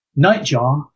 Nightjar